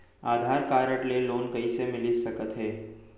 आधार card ले loan कइसे मिलिस सकत हे?